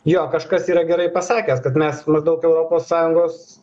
jo kažkas yra gerai pasakęs kad mes maždaug europos sąjungos